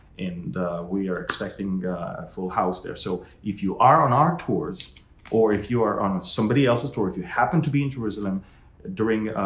and we're expecting a full house there. so if you are on our tours or if you are on somebody else's tour. if you happen to be in jerusalem during